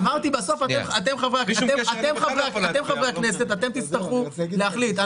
אמרתי, בסוף אתם חברי הכנסת, אתם תצטרכו להחליט.